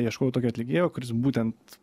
ieškojau tokio atlikėjo kuris būtent